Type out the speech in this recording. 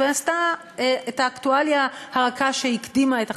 ועשתה את האקטואליה הרכה שהקדימה את החדשות.